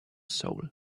soul